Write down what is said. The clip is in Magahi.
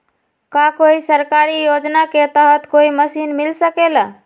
का कोई सरकारी योजना के तहत कोई मशीन मिल सकेला?